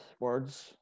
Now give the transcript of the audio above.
words